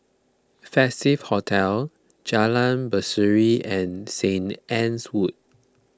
Festive Hotel Jalan Berseri and Saint Anne's Wood